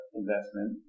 investment